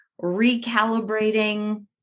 recalibrating